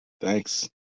thanks